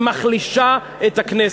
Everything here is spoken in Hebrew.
היא מחלישה את הכנסת.